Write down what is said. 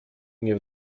nie